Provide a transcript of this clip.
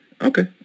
okay